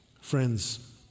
Friends